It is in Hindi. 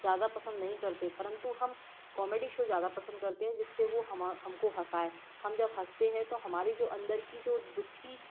ज़्यादा पसंद नहीं करते परंतु हम कॉमेडी शो ज़्यादा पसंद करते हैं जिससे वो हम हम को हसाए हम जब हंसते हैं तो हमारे जो अंदर की जो दुखी